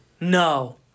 No